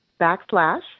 backslash